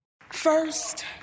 First